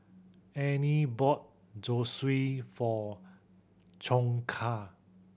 Anie bought Zosui for